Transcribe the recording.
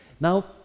Now